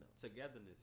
togetherness